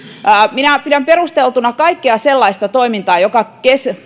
minä pidän perusteltuna kaikkea sellaista toimintaa joka